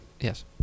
Yes